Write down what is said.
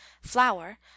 flour